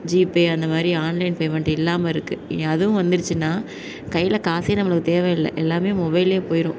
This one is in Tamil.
ஜீபே அந்தமாதிரி ஆன்லைன் பேமெண்ட் இல்லாமல் இருக்குது அதுவும் வந்துருச்சினால் கையில் காசே நம்மளுக்கு தேவை இல்லை எல்லாமே மொபைல்லையே போய்ரும்